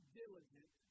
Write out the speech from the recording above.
diligent